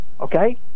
Okay